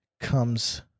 comes